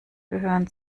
gehören